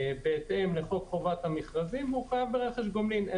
לפי חוק חובת המכרזים, הוא חייב ברכש גומלין.